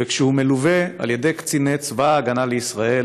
וכשהוא מלווה על ידי קציני צבא ההגנה לישראל